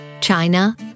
China